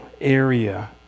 area